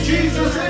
Jesus